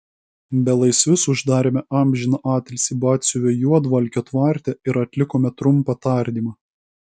belaisvius uždarėme amžiną atilsį batsiuvio juodvalkio tvarte ir atlikome trumpą tardymą